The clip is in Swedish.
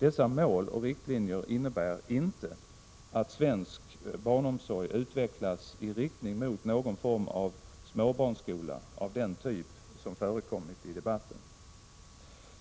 Dessa mål och riktlinjer innebär inte att svensk barnomsorg utvecklas i riktning mot någon form av småbarnsskola av den typ som förekommit i debatten.